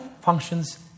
functions